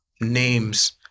names